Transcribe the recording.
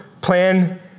plan